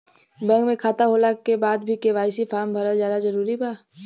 Bank में खाता होला के बाद भी के.वाइ.सी फार्म भरल जरूरी बा का?